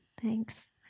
Thanks